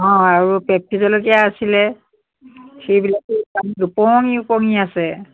অঁ আৰু পেপচি জলকীয়া আছিলে সেইবিলাকো পানীত উপঙি উপঙি আছে